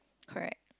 correct